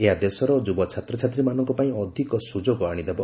ଏହା ଦେଶର ଯୁବ ଛାତ୍ଛାତ୍ୱୀମାନଙ୍କ ପାଇଁ ଅଧିକ ସ୍ତଯୋଗ ଆଶିଦେବ